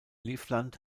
livland